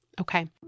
Okay